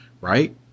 right